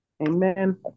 Amen